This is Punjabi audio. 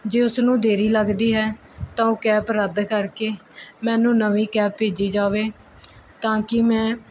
ਜੇ ਉਸਨੂੰ ਦੇਰੀ ਲੱਗਦੀ ਹੈ ਤਾਂ ਉਹ ਕੈਪ ਰੱਦ ਕਰਕੇ ਮੈਨੂੰ ਨਵੀਂ ਕੈਪ ਭੇਜੀ ਜਾਵੇ ਤਾਂ ਕਿ ਮੈਂ